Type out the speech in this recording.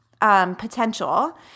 potential